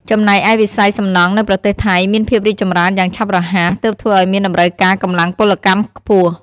ចំណែកឯវិស័យសំណង់នៅប្រទេសថៃមានភាពរីកចម្រើនយ៉ាងឆាប់រហ័ស ទើបធ្វើឱ្យមានតម្រូវការកម្លាំងពលកម្មខ្ពស់។